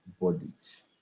bodies